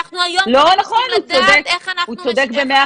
אנחנו היום צריכים לדעת -- הוא צודק במאה